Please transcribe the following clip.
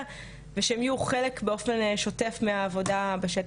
ושהם יהיו חלק באופן שוטף מהעבודה בשטח.